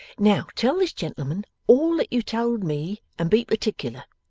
now, tell this gentleman all that you told me and be particular.